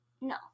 no